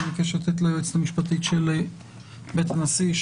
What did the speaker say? אני מבקש לתת ליועצת המשפטית של בית הנשיא,